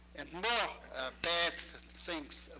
and more bad things,